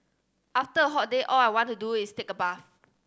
after a hot day all I want to do is take a bath